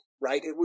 right